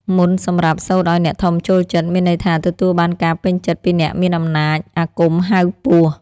មន្តសម្រាប់សូត្រឱ្យអ្នកធំចូលចិត្ត មានន័យថាទទួលបានការពេញចិត្តពីអ្នកមានអំណាច អាគមហៅពស់។